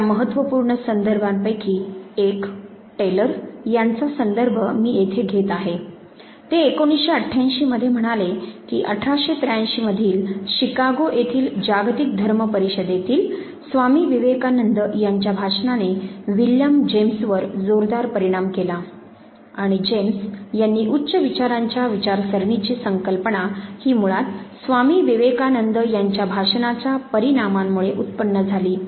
त्या महत्वपूर्ण संदर्भांपैकी एक टेलर यांचा संदर्भ मी येथे घेत आहे ते 1988 मध्ये म्हणाले की 1883 मधील शिकागो येथील जागतिक धर्म परिषदेतील स्वामी विवेकानंद यांच्या भाषणाने विल्यम जेम्सवर जोरदार परिणाम केला आणि जेम्स यांची उच्च विचारांच्या विचारसरणीची संकल्पना ही मुळात स्वामी विवेकानंद यांच्या भाषणाच्या परिणामामुळे उत्पन्न झाली